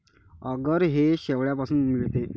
आगर हे शेवाळापासून मिळते